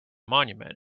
monument